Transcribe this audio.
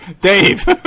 Dave